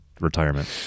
retirement